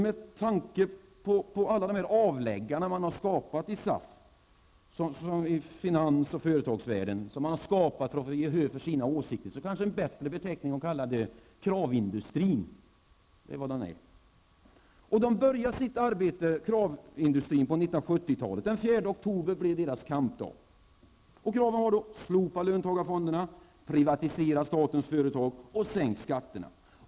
Med tanke på alla de avläggare som finans och företagsvärlden skapat för att få gehör för sina åsikter är kravindustri kanske en bättre beteckning. På 1970-talet började kravindustrin sitt arbete. Den 4 oktober blev deras kampdag. Kraven var då: Slopa löntagarfonderna, privatisera statens företag och sänk skatterna!